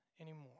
anymore